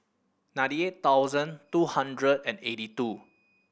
ninety eight thousand two hundred and eighty two